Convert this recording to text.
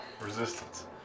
Resistance